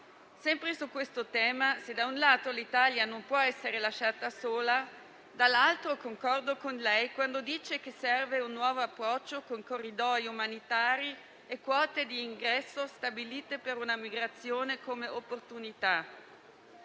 Sempre su questo tema, se - da un lato - l'Italia non può essere lasciata sola - dall'altro - concordo con lei quando dice che serve un nuovo approccio con corridoi umanitari e quote di ingresso stabilite per una migrazione come opportunità.